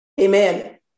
Amen